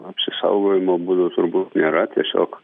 apsisaugojimo būdų turbūt nėra tiesiog